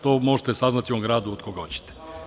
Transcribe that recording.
To možete saznati u ovom gradu od koga hoćete.